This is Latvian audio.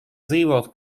dzīvot